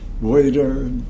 waiter